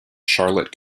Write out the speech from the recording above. charlotte